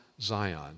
Zion